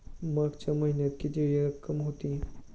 मागच्या महिन्यात किती रक्कम होती?